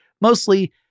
mostly